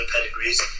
pedigrees